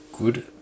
good